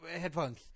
headphones